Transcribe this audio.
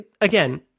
Again